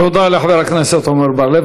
תודה לחבר הכנסת עמר בר-לב.